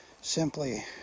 simply